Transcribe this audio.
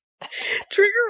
Trigger